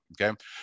okay